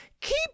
keep